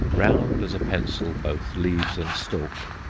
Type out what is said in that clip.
round as a pencil both leaves and stalk,